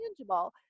tangible